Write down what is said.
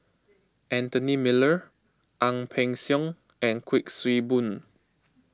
Anthony Miller Ang Peng Siong and Kuik Swee Boon